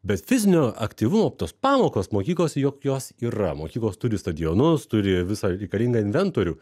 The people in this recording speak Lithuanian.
bet fizinio aktyvumo tos pamokos mokyklose juk jos yra mokyklos turi stadionus turi visą reikalingą inventorių